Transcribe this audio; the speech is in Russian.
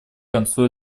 концу